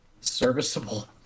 Serviceable